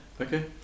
okay